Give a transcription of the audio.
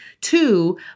Two